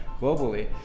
globally